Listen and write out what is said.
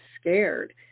scared